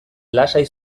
lasai